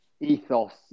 ethos